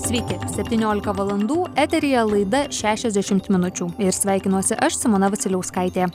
sveiki septyniolika valandų eteryje laida šešiasdešimt minučių ir sveikinuosi aš simona vasiliauskaitė